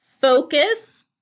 focus